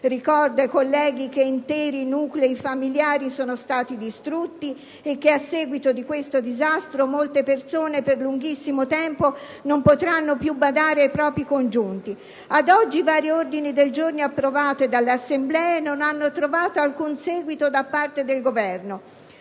Ricordo ai colleghi che interi nuclei familiari sono stati distrutti e che, a seguito di questo disastro, molte persone, per lunghissimo tempo, non potranno più badare ai propri congiunti. Ad oggi, i vari ordini del giorno approvati dalle Assemblee non hanno trovato alcun seguito da parte del Governo.